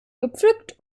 gepflückt